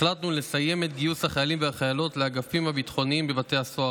החלטנו לסיים את גיוס החיילים והחיילות לאגפים הביטחוניים בבתי הסוהר.